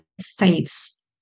states